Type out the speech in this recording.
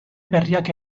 berriak